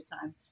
time